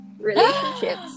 relationships